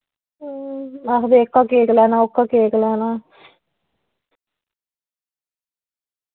हां आखदे एह्का केक लैना ओह्का केक लैना